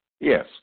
Yes